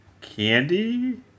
Candy